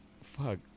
fuck